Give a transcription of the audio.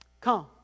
Come